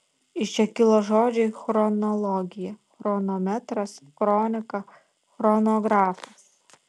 iš čia kilo žodžiai chronologija chronometras kronika chronografas